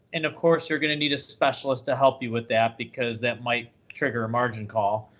and of course, you're going to need a specialist to help you with that because that might trigger a margin call.